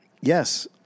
Yes